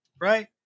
right